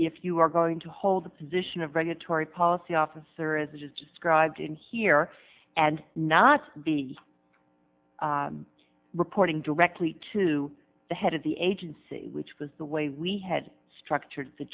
if you are going to hold the position of regulatory policy officer as you just described in here and not be reporting directly to the head of the agency which was the way we had structured the